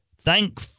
Thank